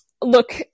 Look